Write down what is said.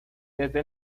desde